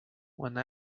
one